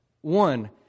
One